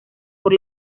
por